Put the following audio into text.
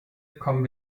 kommen